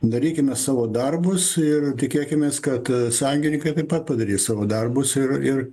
darykime savo darbus ir tikėkimės kad sąjungininkai taip pat padarys savo darbus ir ir